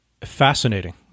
fascinating